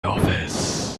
office